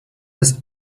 des